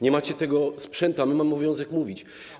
Nie macie tego sprzętu, a my mamy obowiązek mówić.